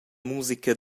musica